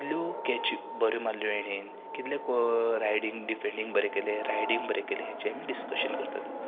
कितल्यो कॅची बऱ्यो मारल्यो हेणें कितलें रायडिंग डिफेंडिंग बरें केलें रायडिंग बरें केलें हाचें आमी डिस्कशन करतात दोग जाण